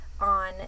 on